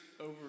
over